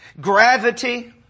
gravity